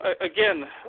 again